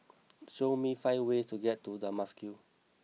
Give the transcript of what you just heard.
show me five ways to get to Damascus